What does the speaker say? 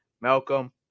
malcolm